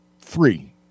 three